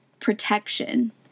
protection